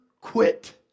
quit